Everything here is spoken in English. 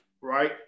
right